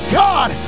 god